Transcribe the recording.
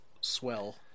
swell